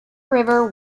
river